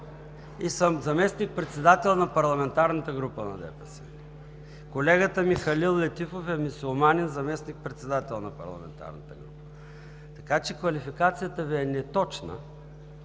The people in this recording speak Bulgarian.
И съм заместник-председател на парламентарната група на ДПС. Колегата ми Халил Летифов е мюсюлманин и заместник-председател на парламентарната група, така че квалификацията Ви е неточна.